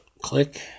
Click